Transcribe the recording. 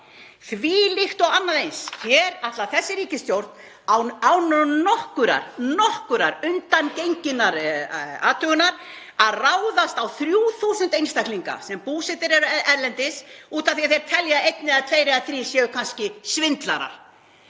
Þvílíkt og annað eins. Hér ætlar þessi ríkisstjórn, án nokkurrar undangenginnar athugunar, að ráðast á 3.000 einstaklinga sem búsettir eru erlendis af því að hún telur að einn eða tveir eða þrír séu kannski svindlarar.